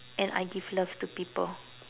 and I give love to people